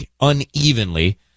unevenly